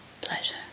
pleasure